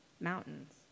mountains